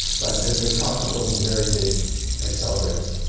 but there's talk of building very big accelerators.